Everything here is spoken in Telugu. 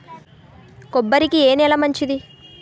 కొబ్బరి కి ఏ నేల మంచిది?